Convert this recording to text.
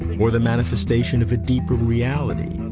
or the manifestation of a deeper reality,